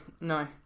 no